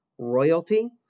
royalty